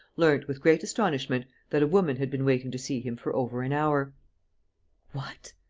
learnt, with great astonishment, that a woman had been waiting to see him for over an hour what!